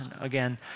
again